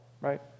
right